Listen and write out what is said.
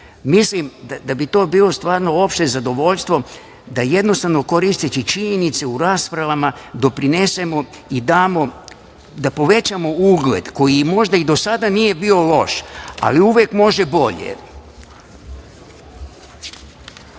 Mislim da bi to bilo opšte zadovoljstvo da jednostavno koristeći činjenice u raspravama, doprinesemo da povećamo ugled koji možda i do sada nije bio loš, ali uvek može